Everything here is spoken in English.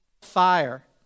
fire